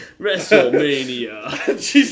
WrestleMania